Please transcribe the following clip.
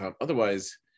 otherwise